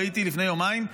ראיתי לפני יומיים,